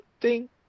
Ding